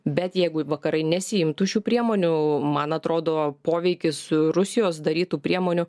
bet jeigu vakarai nesiimtų šių priemonių man atrodo poveikis rusijos darytų priemonių